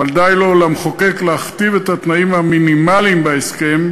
אבל די לו למחוקק להכתיב את התנאים המינימליים בהסכם,